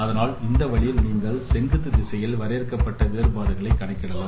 அதனால் இந்த வழியில் நீங்கள் செங்குத்து திசைகளில் வரையறுக்கப்பட்ட வேறுபாடுகளை கணக்கிடலாம்